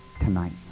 tonight